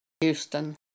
Houston